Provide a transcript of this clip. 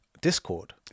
Discord